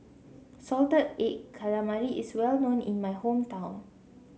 Salted Egg Calamari is well known in my hometown